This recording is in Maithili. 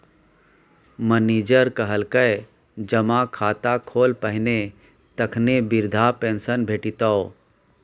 मनिजर कहलकै जमा खाता खोल पहिने तखने बिरधा पेंशन भेटितौ